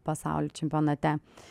pasaulio čempionate